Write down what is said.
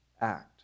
act